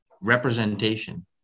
representation